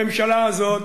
הממשלה הזאת